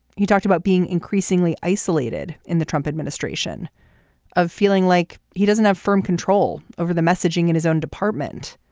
he talked about being increasingly isolated in the trump administration of feeling like he doesn't have firm control over the messaging in his own department.